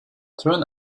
turn